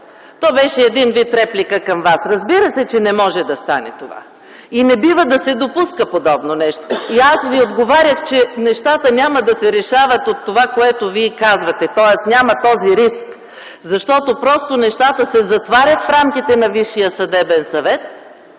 То беше един вид реплика към Вас. Разбира се, че не може да стане това и не бива да се допуска подобно нещо. Аз Ви отговорих, че нещата няма да се решават от това, което Вие казвате. Тоест няма този риск, защото просто нещата се затварят в рамките на Висшия съдебен съвет